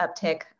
uptick